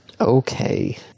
Okay